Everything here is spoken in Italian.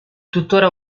tuttora